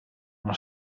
una